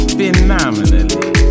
phenomenally